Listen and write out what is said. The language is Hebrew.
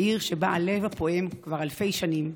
בעיר שבה הלב הפועם כבר אלפי שנים,